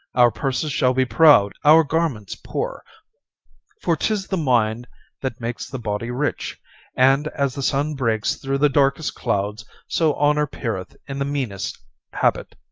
our purses shall be proud, our garments poor for tis the mind that makes the body rich and as the sun breaks through the darkest clouds, so honour peereth in the meanest habit.